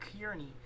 Kearney